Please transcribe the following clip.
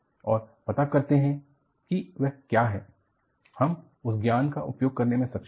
और पता करते हैं कि वह क्या है हम उस ज्ञान का उपयोग करने में सक्षम है